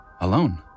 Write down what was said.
Alone